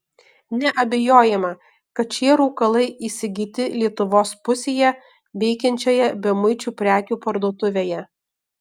neabejojama kad šie rūkalai įsigyti lietuvos pusėje veikiančioje bemuičių prekių parduotuvėje